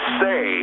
say